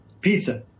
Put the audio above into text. Pizza